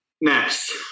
Next